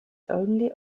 only